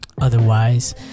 otherwise